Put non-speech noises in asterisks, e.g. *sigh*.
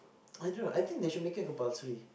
*noise* I don't know I think they should make it compulsory